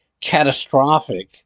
catastrophic